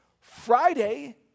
Friday